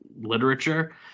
literature